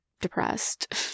depressed